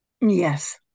Yes